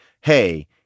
hey